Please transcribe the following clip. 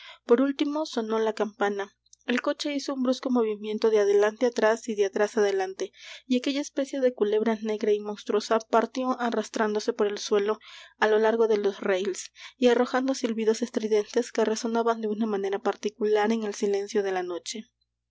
por último sonó la campana el coche hizo un brusco movimiento de adelante atrás y de atrás adelante y aquella especie de culebra negra y monstruosa partió arrastrándose por el suelo á lo largo de los rails y arrojando silbidos estridentes que resonaban de una manera particular en el silencio de la noche